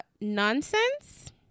nonsense